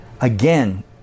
Again